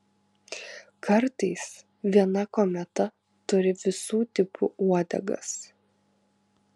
kartais viena kometa turi visų tipų uodegas